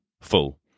full